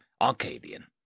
Arcadian